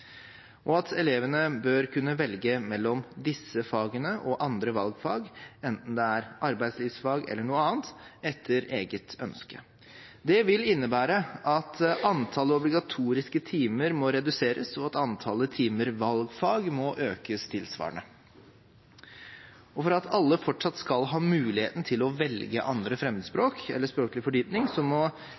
og at elevene bør kunne velge mellom disse fagene og andre valgfag, enten det er arbeidslivsfag eller noe annet, etter eget ønske. Det vil innebære at antallet obligatoriske timer må reduseres, og at antallet timer valgfag må økes tilsvarende. For at alle fortsatt skal ha muligheten til å velge 2. fremmedspråk eller språklig fordypning, må